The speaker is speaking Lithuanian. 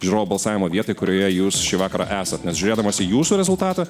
žiūrovų balsavimo vietoj kurioje jūs šį vakarą esat nes žiūrėdamas į jūsų rezultatą